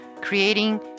creating